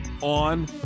on